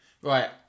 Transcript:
Right